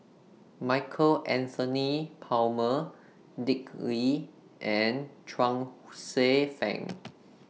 Michael Anthony Palmer Dick Lee and Chuang Hsueh Fang